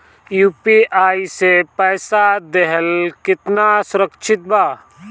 UPI से पईसा देहल केतना सुरक्षित बा?